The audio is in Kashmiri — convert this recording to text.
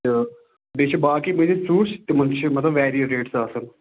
تہٕ بیٚیہِ چھِ باقی بٔرِتھ فرٛوٗٹٕس تِمَن تہِ چھِ مطلب ویریٖڈ ریٹٕس آسان